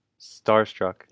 starstruck